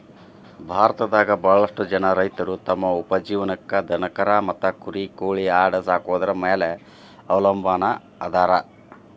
ಭಾರತದಾಗ ಬಾಳಷ್ಟು ಜನ ರೈತರು ತಮ್ಮ ಉಪಜೇವನಕ್ಕ ದನಕರಾ ಮತ್ತ ಕುರಿ ಕೋಳಿ ಆಡ ಸಾಕೊದ್ರ ಮ್ಯಾಲೆ ಅವಲಂಬನಾ ಅದಾರ